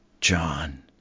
John